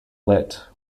lit